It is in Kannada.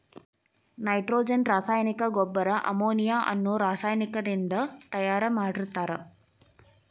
ನೈಟ್ರೋಜನ್ ರಾಸಾಯನಿಕ ಗೊಬ್ಬರ ಅಮೋನಿಯಾ ಅನ್ನೋ ರಾಸಾಯನಿಕದಿಂದ ತಯಾರ್ ಮಾಡಿರ್ತಾರ